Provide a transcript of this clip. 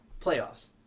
playoffs